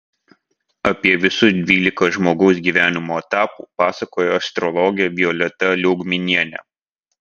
apie visus dvylika žmogaus gyvenimo etapų pasakoja astrologė violeta liaugminienė